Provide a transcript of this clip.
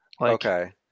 Okay